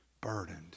Burdened